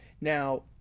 Now